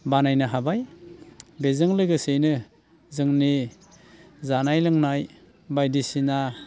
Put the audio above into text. बानायनो हाबाय बेजों लोगोसेनो जोंनि जानाय लोंनाय बायदिसिना